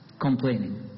Complaining